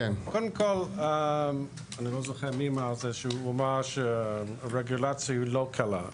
קודם כל אני לא זוכרת מי אמר שהרגולציה היא לא קלה.